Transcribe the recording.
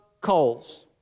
coals